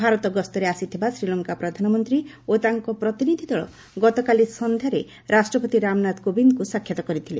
ଭାରତ ଗସ୍ତରେ ଆସିଥିବା ଶ୍ରୀଲଙ୍କା ପ୍ରଧାନମନ୍ତ୍ରୀ ଓ ତାଙ୍କ ପ୍ରତିନିଧି ଦଳ ଗତକାଲି ସନ୍ଧ୍ୟାରେ ରାଷ୍ଟ୍ରପତି ରାମନାଥ କୋବିନ୍ଦଙ୍କୁ ସାକ୍ଷାତ୍ କରିଥିଲେ